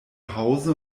hause